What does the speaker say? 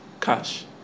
cash